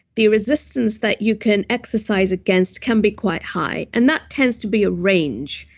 the resistance that you can exercise against can be quite high. and that tends to be a range.